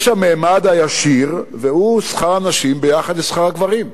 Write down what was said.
יש הממד הישיר, והוא שכר הנשים ביחס לשכר הגברים,